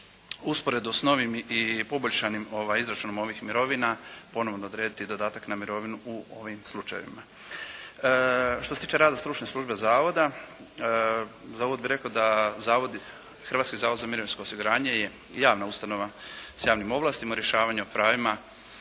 usporedo s novim i poboljšanim izračunom ovih mirovina ponovno odrediti dodatak na mirovinu u ovim slučajevima. Što se tiče rada stručne službe zavoda, za uvod bi rekao da zavod, Hrvatski zavod za mirovinsko osiguranje je javna ustanova s javnim ovlastima u rješavanju o pravima